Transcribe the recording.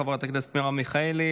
חברת הכנסת מרב מיכאלי,